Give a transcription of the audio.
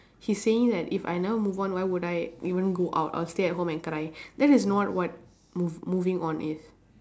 he's saying that if I never move on why would I even go out I'll stay at home and cry this is not what move moving on is